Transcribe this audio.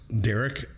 Derek